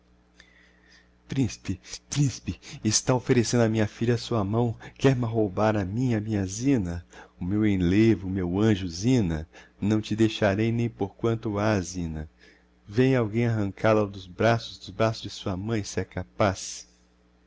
principe principe está offerecendo a minha filha a sua mão quer ma roubar a mim a minha zina o meu enlevo o meu anjo zina não te deixarei nem por quanto ha zina venha alguem arrancál a dos braços dos braços de sua mãe se é capaz